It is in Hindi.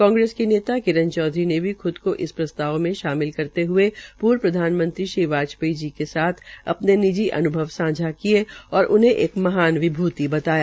कांग्रेज की नेता किरण चौधरी ने भी ख्द इस प्रस्ताव में शामिल करते हुए पूर्व प्रधानमंत्री श्री अटल बिहारी वाजपेयी जी के साथ अपने निजी अन्भव सांझा किये और उन्हें एक महान विभुति बताया